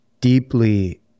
deeply